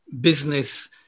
business